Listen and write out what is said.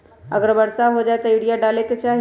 अगर वर्षा हो जाए तब यूरिया डाले के चाहि?